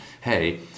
hey